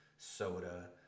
Soda